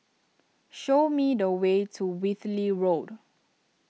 show me the way to Whitley Road